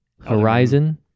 Horizon